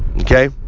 okay